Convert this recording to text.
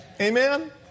Amen